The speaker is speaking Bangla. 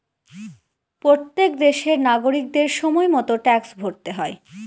প্রত্যেক দেশের নাগরিকদের সময় মতো ট্যাক্স ভরতে হয়